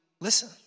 listen